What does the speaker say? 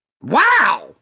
Wow